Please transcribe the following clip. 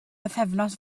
bythefnos